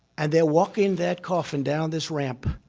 and they're walking that coffin down this ramp.